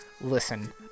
Listen